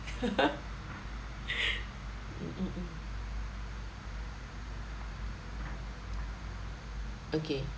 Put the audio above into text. mm mm mm okay